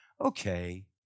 Okay